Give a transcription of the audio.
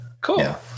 Cool